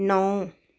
ਨੌਂ